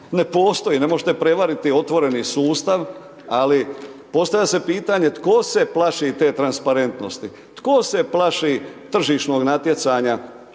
ne postoji, ne možete prevariti otvoreni sustav. Ali postavlja se pitanje tko se plaši te transparentnosti, tko se plaši tržišnog natjecanja